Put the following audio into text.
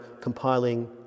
compiling